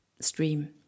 stream